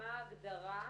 מה ההגדרה.